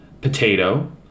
Potato